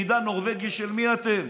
שנדע נורבגים של מי אתם.